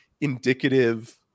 indicative